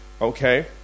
Okay